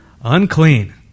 unclean